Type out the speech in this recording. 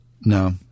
no